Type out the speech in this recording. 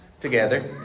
Together